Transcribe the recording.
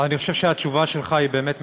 אבל אני חשוב שהתשובה שלך היא באמת מאכזבת.